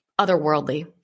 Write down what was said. otherworldly